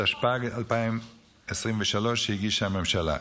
התשפ"ג 2023, שהגישה הממשלה.